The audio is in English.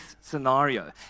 scenario